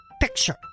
picture